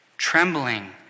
trembling